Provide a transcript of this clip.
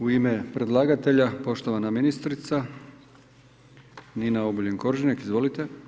U ime predlagatelja poštovana ministrica Nina Obuljen Koržinek, izvolite.